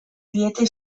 diete